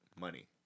money